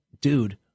dude